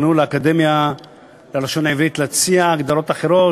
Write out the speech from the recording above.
פנו לאקדמיה ללשון העברית להציע הגדרות אחרות,